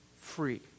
free